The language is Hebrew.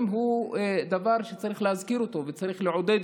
הוא דבר שצריך להזכיר וצריך לעודד.